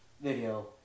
video